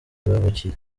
bavukiye